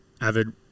Avid